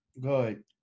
Good